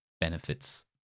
benefits